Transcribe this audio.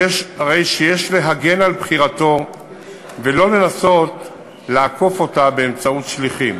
הרי שיש להגן על בחירתו ולא לנסות לעקוף אותה באמצעות שליחים.